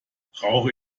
brauche